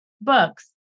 books